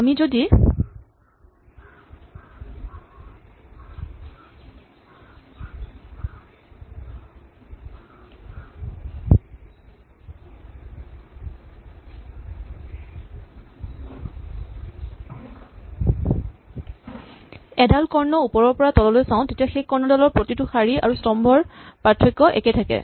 আমি যদি এডাল কৰ্ণ ওপৰৰ পৰা তললৈ চাওঁ তেতিয়া সেই কৰ্ণডালৰ প্ৰতিটো বৰ্গত শাৰী আৰু স্তম্ভৰ পাৰ্থক্য একেই থাকে